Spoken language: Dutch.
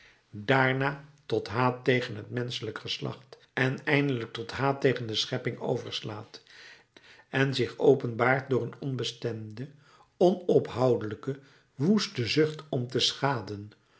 daarna tot haat tegen het menschelijk geslacht en eindelijk tot haat tegen de schepping overslaat en zich openbaart door een onbestemde onophoudelijke woeste zucht om te schaden